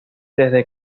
desde